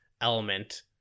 element